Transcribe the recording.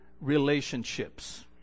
relationships